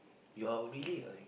you're really a